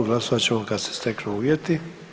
Glasovat ćemo kad se steknu uvjeti.